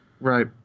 Right